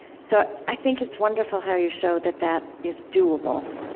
so i think it's wonderful how you show that that is doable,